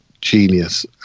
genius